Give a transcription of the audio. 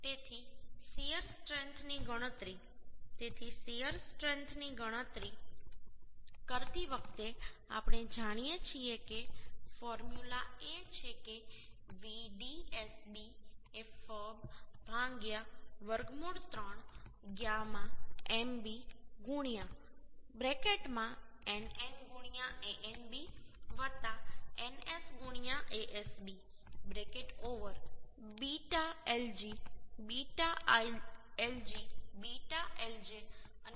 તેથી શીયર સ્ટ્રેન્થની ગણતરી કરતી વખતે આપણે જાણીએ છીએ કે ફોર્મ્યુલા એ છે કે Vdsb એ fub વર્ગમૂળ 3 γ mb nn Anb ns Asb beta lg beta lj અને beta pkg